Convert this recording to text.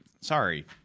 sorry